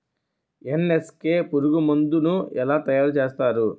NSK పురుగు మందు ను ఎలా తయారు చేస్తారు?